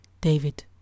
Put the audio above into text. David